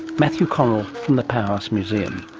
matthew connell from the powerhouse museum.